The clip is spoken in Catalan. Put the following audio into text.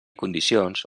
condicions